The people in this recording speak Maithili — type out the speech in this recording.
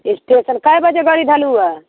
स्टेशन कए बजे गाड़ी धयलहुँ हँ